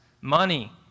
money